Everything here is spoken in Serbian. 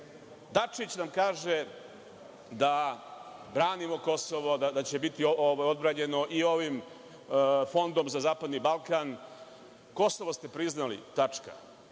svetu. Dačić nam kaže da branimo Kosovo, da će biti odbranjeno i ovim Fondom za zapadni Balkan. Kosovo ste priznali. Tačka.